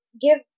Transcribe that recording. give